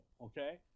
okay